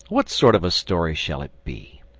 what sort of a story shall it be?